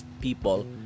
people